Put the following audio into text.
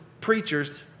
preachers